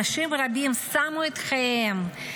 אנשים רבים שמו את חייהם,